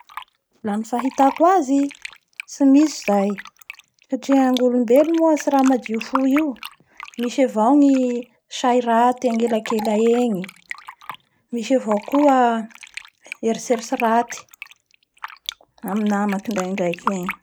La ny fahitako azy tsy misy zay, satria ngolombelo moa tsy raha amadio fo io, misy avao ny sairaty anelakela egny, misy avao koa erritreritry raty. amin'ny nama kindraindraiky egny.